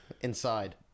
Inside